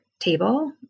table